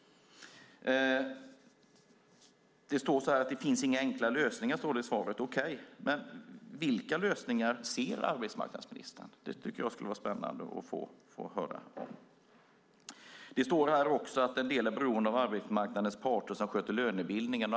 Det står i svaret att det inte finns några enkla lösningar. Men vilka lösningar ser arbetsmarknadsministern? Det tycker jag skulle vara spännande att få höra. Det står också att en del är beroende av arbetsmarknadens parter som sköter lönebildningen.